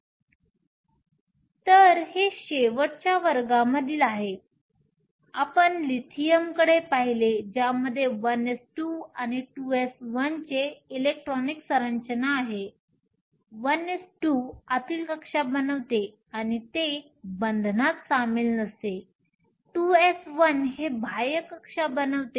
तर हे शेवटच्या वर्गामधील आहे आपण लिथियमकडे पाहिले ज्यामध्ये 1s2 आणि 2s1 चे इलेक्ट्रॉनिक सरंचना आहे 1s2 आतील कक्षा बनवते आणि ते बंधनात सामील नसते 2s1 हे बाह्य कक्षा बनवते